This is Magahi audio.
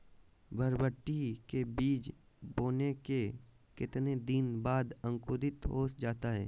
बरबटी के बीज बोने के कितने दिन बाद अंकुरित हो जाता है?